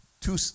two